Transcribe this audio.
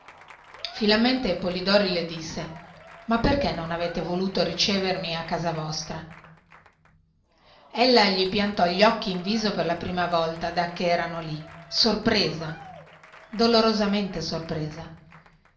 finalmente polidori le disse ma perchè non avete voluto ricevermi a casa vostra ella gli piantò gli occhi in viso per la prima volta dacchè erano lì sorpresa dolorosamente sorpresa